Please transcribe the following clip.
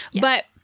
but-